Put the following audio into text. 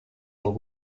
del